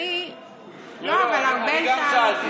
לא ארבל.